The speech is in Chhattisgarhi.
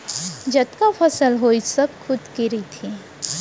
जतका फसल होइस सब खुद के रहिथे